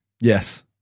Yes